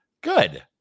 good